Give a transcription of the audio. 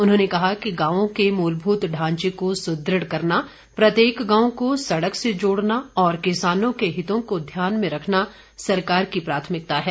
उन्होंने कहा कि गांवों के मूलभूत ढांचे को सुदृढ़ करना प्रत्येक गांव को सड़क से जोड़ना और किसानों के हितों को ध्यान में रखना सरकार की प्राथमिकता है